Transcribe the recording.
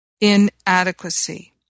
inadequacy